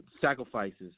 sacrifices